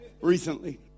recently